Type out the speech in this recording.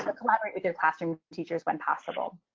ah collaborate with your classroom teachers when possible.